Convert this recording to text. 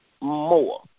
more